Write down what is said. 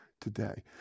today